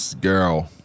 girl